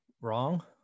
wrong